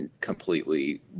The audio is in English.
completely